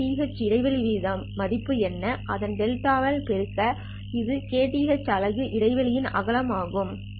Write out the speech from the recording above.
kth இடைவெளி வீதம்ன் மதிப்பு என்ன இதை δt ஆல் பெருக்க இது kth அலகு ன் இடைவெளியின் அகலம் ஆகும் சரி